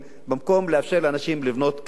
במקום לאפשר לאנשים לבנות כדין.